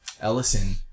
ellison